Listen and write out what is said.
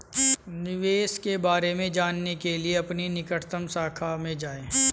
निवेश के बारे में जानने के लिए अपनी निकटतम शाखा में जाएं